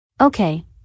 Okay